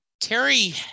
terry